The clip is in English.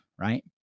right